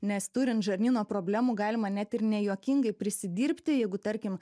nes turint žarnyno problemų galima net ir nejuokingai prisidirbti jeigu tarkim